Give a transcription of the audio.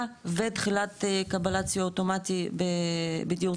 ותחילת קבלת סיוע אוטומטי בדיור ציבורי.